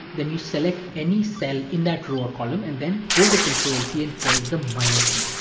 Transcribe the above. then you select any cell in that row or column and then hold the control key and press the minus key.